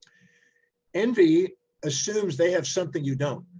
envy assumes they have something you don't,